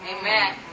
Amen